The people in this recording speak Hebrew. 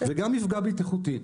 וגם מפגע בטיחותי.